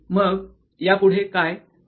मग यापुढे काय